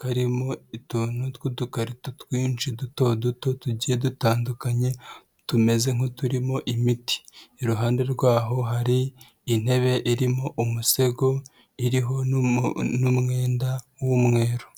karimo utuntu tw'udukarito twinshi duto duto tugiye dutandukanye, tumeze nk'uturimo imiti. Iruhande rwaho hari intebe irimo umusego, iriho n'umwenda w'umweru.